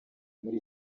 muri